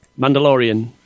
Mandalorian